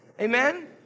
Amen